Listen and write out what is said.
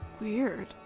Weird